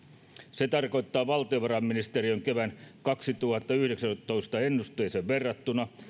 se tarkoittaa valtiovarainministeriön kevään kaksituhattayhdeksäntoista ennusteeseen verrattuna